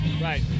Right